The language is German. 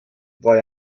war